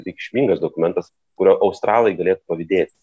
reikšmingas dokumentas kurio australai galėtų pavydėti